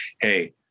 hey